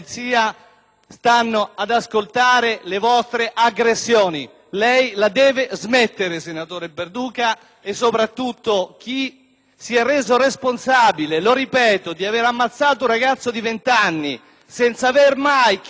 stanno ad ascoltare le vostre aggressioni. Lei la deve smettere, senatore Perduca! E, soprattutto, chi si è reso responsabile - lo ripeto - di aver ammazzato un ragazzo di vent'anni senza aver mai chiesto